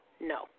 no